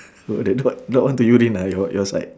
were the dog dog want to urine ah your your side